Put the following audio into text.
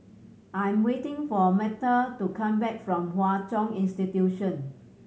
I am waiting for Metta to come back from Hwa Chong Institution